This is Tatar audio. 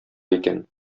икән